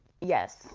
yes